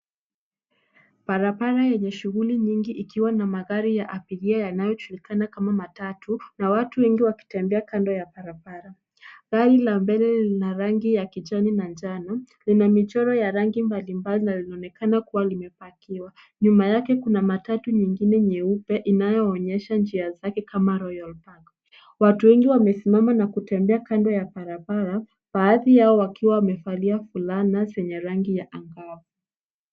Barabara enye shughuli nyingi ikiwa na magari ya abiria yanayojulikana kama matatu na watu wengi wakitembea kando ya barabara. Gari la mbele lina rangi kijani na njano lina michoro ya rangi mbali mbali na linaonekana kuwa limepakiwa nyuma yake kuna matatu nyingine nyeupe inayoonyesha njia zake kama Royal Park. Watu wengi wamesimama na kutumbea kando ya barabara baadhi yao yakiwaamevalia fulana enye rangi ya angavu.